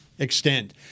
Extend